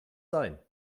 sein